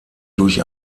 durch